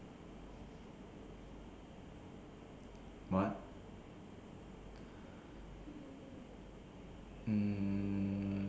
what